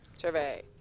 Survey